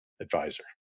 advisor